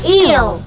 eel